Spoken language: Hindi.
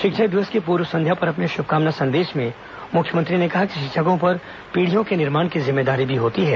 शिक्षक दिवस की पूर्व संध्या पर अपने शुभकामना संदेश में मुख्यमंत्री ने कहा कि शिक्षकों पर पीढ़ियों के निर्माण की जिम्मेदारी भी होती है